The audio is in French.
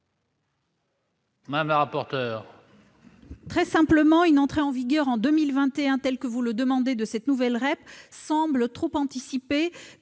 Mme la rapporteure. Une entrée en vigueur en 2021, ainsi que vous le demandez, de cette nouvelle REP semble trop anticipée.